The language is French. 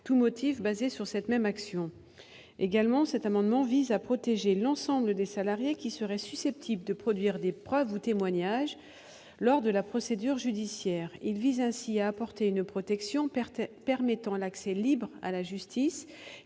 tout motif basé sur cette même action. L'amendement vise également à protéger l'ensemble des salariés qui seraient susceptibles de produire des preuves ou témoignages lors de la procédure judiciaire. Il tend ainsi à apporter une protection permettant l'accès libre à la justice,